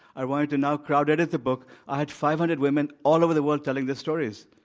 i wanted to now crowd-edit the book. i had five hundred women all over the world telling their stories.